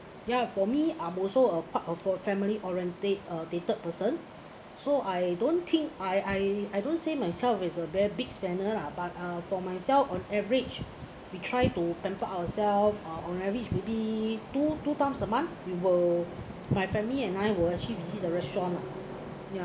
ya for me I'm also a part of the family-oriented uh dated person so I don't think I I I don't say myself as a very big spender lah but uh for myself on average we try to pamper ourselves uh on average maybe two two times a month we will my family and I will actually visit the restaurant lah ya